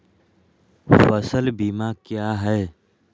फ़सल बीमा क्या है?